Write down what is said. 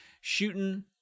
shooting